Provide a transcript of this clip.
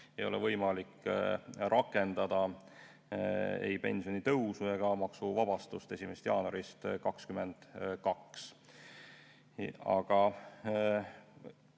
ei ole võimalik rakendada ei pensionitõusu ega maksuvabastust 1. jaanuarist 2022. Aga